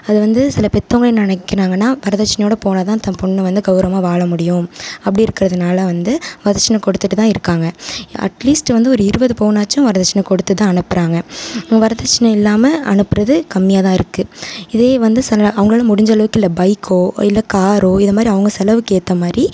அது வந்து சில பெத்தவங்க என்ன நினைக்கிறாங்கன்னா வரதட்சணையோடு போனால் தான் பொண்ணு வந்து கவுரவமாக வாழ முடியும் அப்படி இருக்கிறதுனால வந்து வரதட்சணை கொடுத்துட்டு தான் இருக்காங்க அட்லீஸ்ட் வந்து ஒரு இருபது பவுனாச்சும் வரதட்சணை கொடுத்து தான் அனுப்புகிறாங்க வரதட்சணை இல்லாமல் அனுப்புகிறது கம்மியாக தான் இருக்குது இதே வந்து அவங்களால முடிஞ்ச அளவுக்கு இல்லை பைக்கோ இல்லை காரோ இதை மாதிரி அவங்க செலவுக்கு ஏற்ற மாதிரி